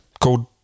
called